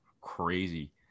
crazy